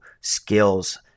skills